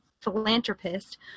philanthropist